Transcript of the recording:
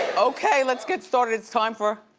okay, let's get started, it's time for